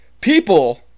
People